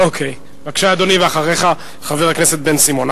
בבקשה, אדוני, ואחריך, חבר הכנסת בן-סימון.